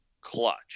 clutch